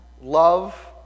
love